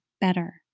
better